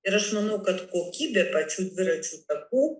ir aš manau kad kokybė pačių dviračių takų